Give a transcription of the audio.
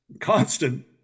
constant